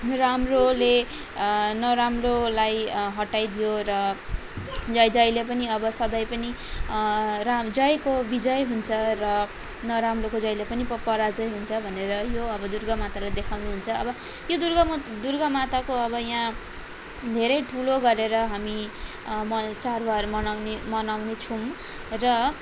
राम्रोले नराम्रोलाई हटाइदियो र जहिले पनि अब सधैँ पनि र जयको विजय हुन्छ र नराम्रोको जहिले पनि प पराजय हुन्छ भनेर यो अब दुर्गा माताले देखाउनु हुन्छ अब यो दुर्गा मा दुर्गा माताको अब यहाँ धेरै ठुलो गरेर हामी म चाडबाड मनाउने मनाउने छौँ र